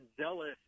zealous